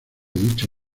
dicha